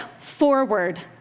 forward